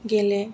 गेले